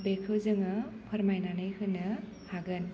बेखौ जोङो फोरमायनानै होनो हागोन